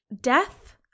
death